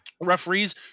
referees